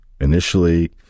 initially